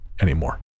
anymore